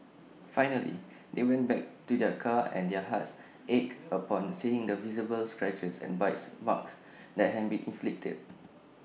finally they went back to their car and their hearts ached upon seeing the visible scratches and bites marks that had been inflicted